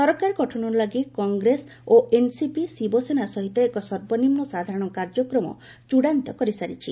ସରକାର ଗଠନ ଲାଗି କଂଗ୍ରେସ ଓ ଏନସିପି ଶିବସେନା ସହିତ ଏକ ସର୍ବନିମୁ ସାଧାରଣ କାର୍ଯ୍ୟକ୍ରମ ଚୃଡାନ୍ତ କରିସାରିଛି